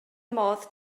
modd